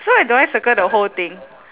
so I do I circle the whole thing